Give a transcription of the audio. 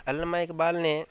علامہ اقبال نے